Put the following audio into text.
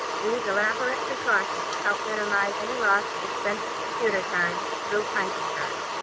these elaborate precautions help minimize any loss of expensive computer time through punching errors.